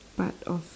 part of